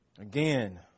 Again